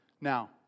Now